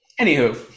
Anywho